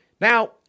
Now